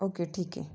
okay ठीक आहे